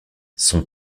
son